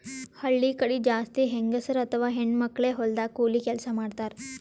ಹಳ್ಳಿ ಕಡಿ ಜಾಸ್ತಿ ಹೆಂಗಸರ್ ಅಥವಾ ಹೆಣ್ಣ್ ಮಕ್ಕಳೇ ಹೊಲದಾಗ್ ಕೂಲಿ ಕೆಲ್ಸ್ ಮಾಡ್ತಾರ್